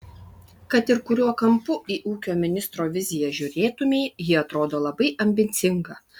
kad ir kuriuo kampu į ūkio ministro viziją žiūrėtumei ji atrodo labai ambicinga